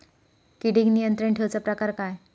किडिक नियंत्रण ठेवुचा प्रकार काय?